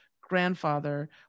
grandfather